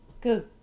Good